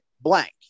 blank